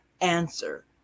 Answer